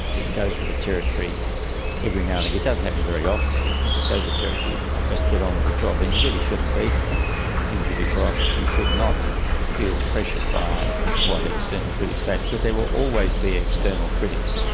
it it goes with the territory every now and again, it doesn't happen very often, fortunately, it goes with territory and just get on with the job, then you really shouldn't be in judicial office. you should not feel pressured by what external critics say because there will always be external critics.